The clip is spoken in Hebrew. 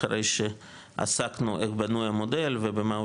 אחרי שעסקנו איך בנוי המודל ובמה הוא